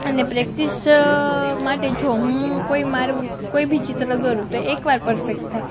અને પ્રેક્ટિસ માટે જો હું કોઈ મારું કોઇ બી ચિત્ર દોરું તો એક વાર પરફેક્ટ થાય